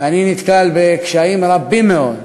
אני נתקל בקשיים רבים מאוד,